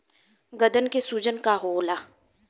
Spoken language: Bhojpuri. गदन के सूजन का होला?